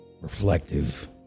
reflective